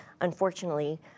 Unfortunately